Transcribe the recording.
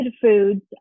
foods